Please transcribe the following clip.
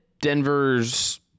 Denver's